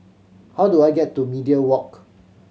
how do I get to Media Walk